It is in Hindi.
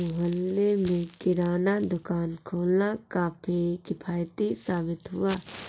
मोहल्ले में किराना दुकान खोलना काफी किफ़ायती साबित हुआ